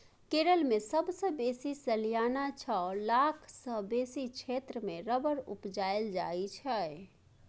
केरल मे सबसँ बेसी सलियाना छअ लाख सँ बेसी क्षेत्र मे रबर उपजाएल जाइ छै